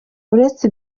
uretse